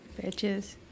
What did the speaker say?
Bitches